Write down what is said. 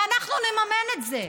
ואנחנו נממן את זה.